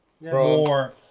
More